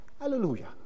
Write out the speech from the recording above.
hallelujah